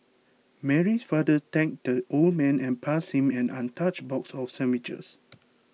Mary's father thanked the old man and passed him an untouched box of sandwiches